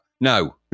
no